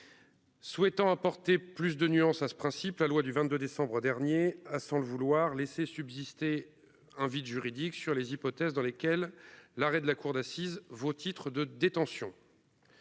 Souhaitant apporter plus de nuances à ce principe, la loi du 22 décembre dernier a sans le vouloir laisser subsister un vide juridique sur les hypothèses dans lesquelles l'arrêt de la cour d'assises vos titres de détention.